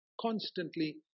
constantly